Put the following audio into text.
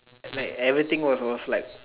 like everything what if I was like